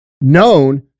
known